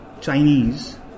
Chinese